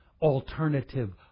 alternative